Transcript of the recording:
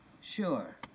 Sure